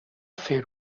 fer